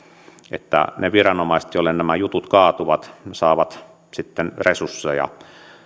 niin ne viranomaiset joille nämä jutut kaatuvat saavat sitten resursseja